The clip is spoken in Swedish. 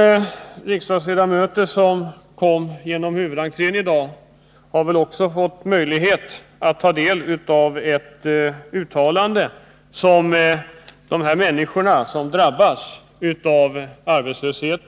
De riksdagsledamöter som kom in genom huvudentrén i dag har väl också haft möjlighet att ta del av ett uttalande — vad människor som drabbas av arbetslöshet,